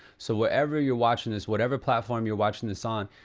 so wherever you're watching this, whatever platform you're watching this on,